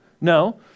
No